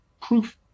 Proof